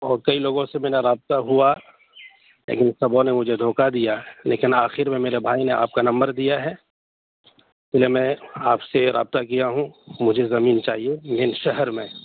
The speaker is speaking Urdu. تو کئی لوگوں سے میرا رابطہ ہوا لیکن سبھوں نے مجھے دھوکہ دیا لیکن آخر میں میرے بھائی نے آپ کا نمبر دیا ہے اس لیے میں آپ سے رابطہ کیا ہوں مجھے زمین چاہیے مین شہر میں